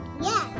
Yes